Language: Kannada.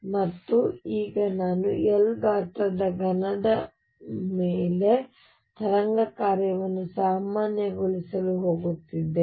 ಮತ್ತು ಈಗ ನಾನು L ಗಾತ್ರದ ಘನದ ಮೇಲೆ ತರಂಗ ಕಾರ್ಯವನ್ನು ಸಾಮಾನ್ಯಗೊಳಿಸಲು ಹೋಗುತ್ತಿದ್ದೇನೆ